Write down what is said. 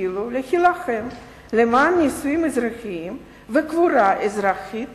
התחילה להילחם למען נישואים אזרחיים וקבורה אזרחית